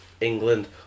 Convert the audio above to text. England